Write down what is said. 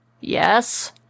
Yes